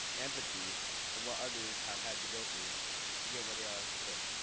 empathy for what others have had to go through to get where they are today.